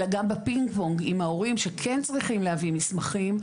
אלא גם בפינג פונג עם ההורים שכן צריכים להביא מסמכים,